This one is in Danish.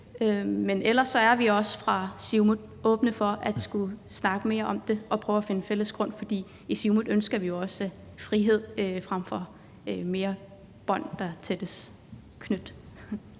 Men ellers er vi også fra Siumuts side åbne for at skulle snakke mere om det og prøve at finde fælles grund, for i Siumut ønsker vi jo også frihed frem for flere bånd, der snærer.